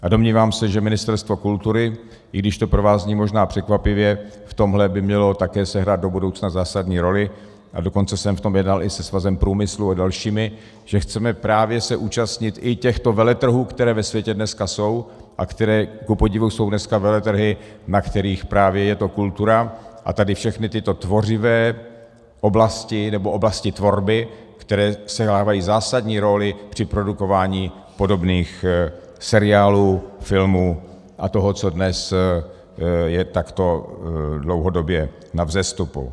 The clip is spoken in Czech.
A domnívám se, že Ministerstvo kultury, i když to pro vás zní možná překvapivě, v tomhle by mělo také sehrát do budoucna zásadní roli, a dokonce jsem v tom jednal i se Svazem průmyslu a dalšími, že chceme právě se účastnit i těchto veletrhů, které ve světě dneska jsou, a kupodivu jsou dneska veletrhy, na kterých je to právě kultura a všechny tyto tvořivé oblasti nebo oblasti tvorby, které sehrávají zásadní roli při produkování podobných seriálů, filmů a toho, co dnes je takto dlouhodobě na vzestupu.